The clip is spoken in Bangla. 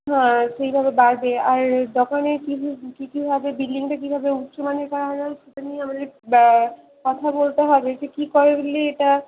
হ্যাঁ সেইভাবে বাড়বে আর দোকানে কী কী কী কীভাবে বিল্ডিংটা কীভাবে উচ্চমানের করা হবে সেটা নিয়ে আমাদের কথা বলতে হবে যে কী করালে এটা